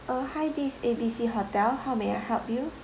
uh hi this A B C hotel how may I help you